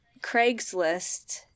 Craigslist